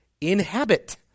inhabit